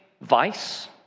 vice